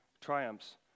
triumphs